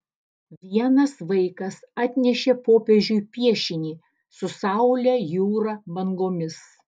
vienas vaikas atnešė popiežiui piešinį su saule jūra bangomis